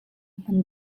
hman